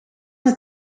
het